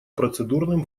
процедурным